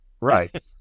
Right